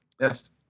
Yes